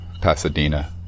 Pasadena